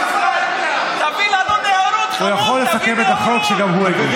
הוא יכול לסכם את החוק שגם הוא הגיש.